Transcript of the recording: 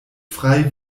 frei